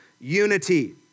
unity